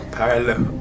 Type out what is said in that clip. parallel